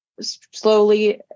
slowly